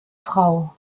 frau